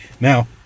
now